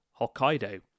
Hokkaido